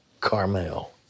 Carmel